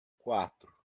quatro